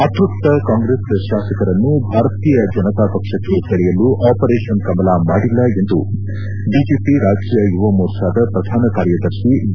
ಅತ್ಯಪ್ತ Congress ಶಾಸಕರನ್ನು ಭಾರತೀಯ ಜನತಾ ಪಕ್ಷಕ್ಕೆ ಸೆಳೆಯಲು ಆಪರೇಷನ್ ಕಮಲ ಮಾಡಿಲ್ಲ ಎಂದು ಬಿಜೆಪಿ ರಾಜ್ಯ ಯುವ ಮೋರ್ಚಾದ ಪ್ರಧಾನ ಕಾರ್ಯದರ್ಶಿ ಬಿ